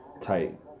tight